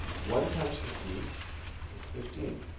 one times fifteen is fifteen.